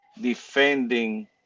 defending